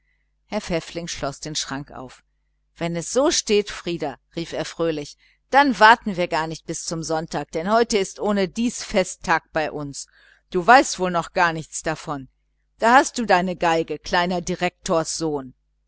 herr pfäffling schloß den schrank auf wenn es so steht frieder rief er fröhlich dann warten wir gar nicht bis zum sonntag denn heute ist ohnedies festtag bei uns du weißt wohl noch gar nichts davon da hast du deine violine kleiner